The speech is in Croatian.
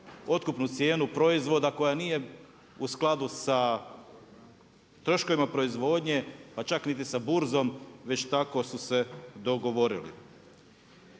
otkupnu cijenu proizvoda koja nije u skladu sa troškovima proizvodnje pa čak niti sa burzom već tako su se dogovorili.